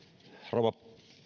rouva